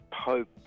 Pope